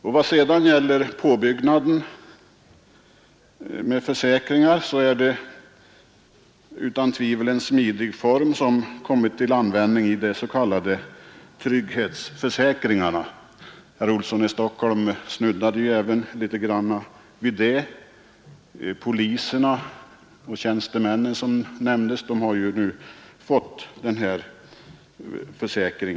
I vad sedan gäller påbyggnaden med försäkringar är det utan tvivel en smidig försäkringsform som kommit till användning i de s.k. trygghetsförsäkringarna. Herr Olsson snuddade litet vid dem. Poliserna och tjänstemännen som nämndes har ju numera fått denna försäkring.